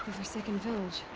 forsaken village.